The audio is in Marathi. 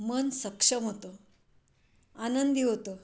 मन सक्षम होतं आनंदी होतं